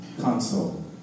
console